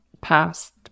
past